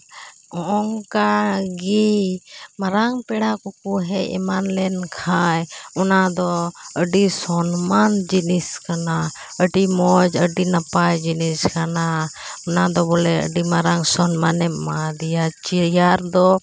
ᱦᱚᱜᱼᱚᱸᱭ ᱱᱚᱝᱠᱟ ᱜᱤ ᱢᱟᱨᱟᱝ ᱯᱮᱲᱟ ᱠᱚᱠᱚ ᱦᱮᱡᱽ ᱮᱢᱟᱱ ᱞᱮᱱᱠᱷᱟᱡ ᱚᱱᱟ ᱫᱚ ᱟᱹᱰᱤ ᱥᱚᱱᱢᱟᱱ ᱡᱤᱱᱤᱥ ᱠᱟᱱᱟ ᱟᱹᱰᱤ ᱢᱚᱡᱽ ᱟᱹᱰᱤ ᱱᱟᱯᱟᱭ ᱡᱤᱱᱤᱥ ᱠᱟᱱᱟ ᱚᱱᱟ ᱫᱚ ᱵᱚᱞᱮ ᱟᱹᱰᱤ ᱢᱟᱨᱟᱝ ᱥᱚᱱᱢᱟᱱᱮᱢ ᱮᱢᱟᱣᱟᱫᱮᱭᱟ ᱪᱮᱭᱟᱨ ᱫᱚ